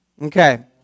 Okay